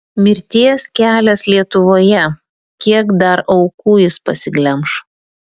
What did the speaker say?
mirties kelias lietuvoje kiek dar aukų jis pasiglemš